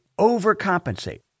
overcompensate